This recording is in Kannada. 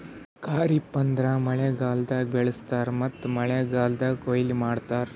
ಖರಿಫ್ ಅಂದುರ್ ಮಳೆಗಾಲ್ದಾಗ್ ಬೆಳುಸ್ತಾರ್ ಮತ್ತ ಮಳೆಗಾಲ್ದಾಗ್ ಕೊಯ್ಲಿ ಮಾಡ್ತಾರ್